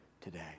today